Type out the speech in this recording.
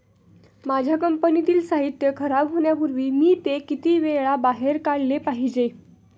माझ्या कंपनीतील साहित्य खराब होण्यापूर्वी मी ते किती वेळा बाहेर काढले पाहिजे?